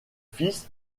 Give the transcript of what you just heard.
fils